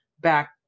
back